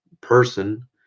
person